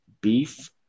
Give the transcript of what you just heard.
beef